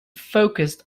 focused